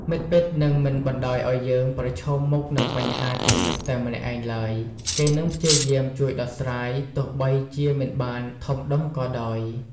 មិត្តពិតនឹងមិនបណ្តោយឲ្យយើងប្រឈមមុខនឹងបញ្ហាទាំងនោះតែម្នាក់ឯងឡើយ គេនឹងព្យាយាមជួយដោះស្រាយ ទោះបីជាមិនបានធំដុំក៏ដោយ។